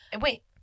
wait